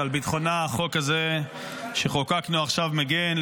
שעל ביטחונה החוק הזה שחוקקנו עכשיו מגן,